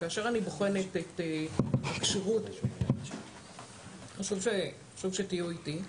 כאשר אני בוחנת את הכשירות חשוב שתהיו איתי.